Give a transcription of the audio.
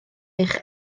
eich